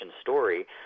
story